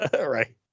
Right